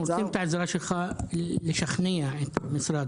צריכים את העזרה שלך לשכנע את המשרד.